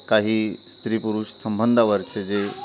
काही स्त्री पुरुष संबंधावरचे जे